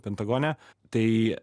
pentagone tai